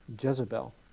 Jezebel